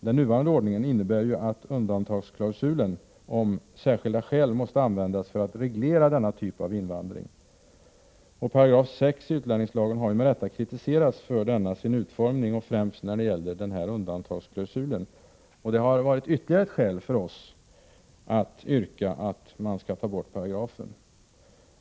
Den nuvarande ordningen innebär ju att undantagsklausulen om särskilda skäl måste användas för att reglera denna typ av invandring. 6 § utlänningslagen har med rätta kritiserats för denna sin utformning, främst när det gäller undantagsklausulen. Det har varit ett ytterligare skäl för oss att yrka att paragrafen skall avskaffas.